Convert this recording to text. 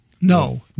No